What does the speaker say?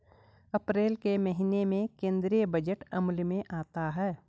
अप्रैल के महीने में केंद्रीय बजट अमल में आता है